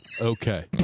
Okay